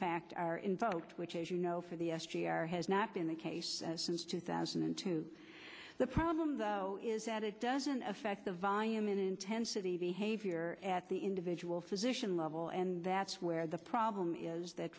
fact are invoked which as you know for the s g r has not been the case since two thousand and two the problem though is that it doesn't affect the volume and intensity behavior at the individual physician level and that's where the problem is that